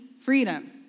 freedom